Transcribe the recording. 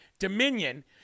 Dominion